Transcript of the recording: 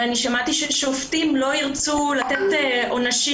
ואני שמעתי ששופטים לא ירצו לתת עונשים